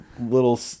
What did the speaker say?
little